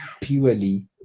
purely